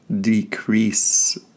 decrease